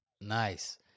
Nice